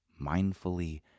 mindfully